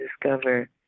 discover